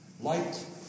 Light